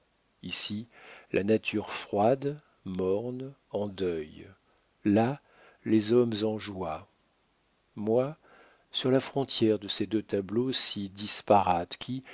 ici la nature froide morne en deuil là les hommes en joie moi sur la frontière de ces deux tableaux si disparates qui